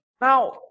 Now